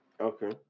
Okay